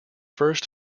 first